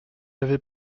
avait